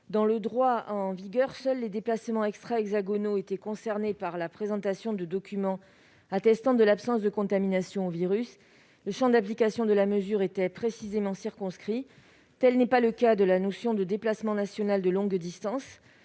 Dans le droit en vigueur, seuls les déplacements extrahexagonaux étaient concernés par la présentation de documents attestant de l'absence de contamination au virus. Le champ d'application de la mesure était précisément circonscrit. Tel n'est pas le cas de la notion de déplacement national de longue distance.